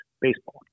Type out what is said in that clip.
baseball